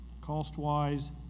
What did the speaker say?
cost-wise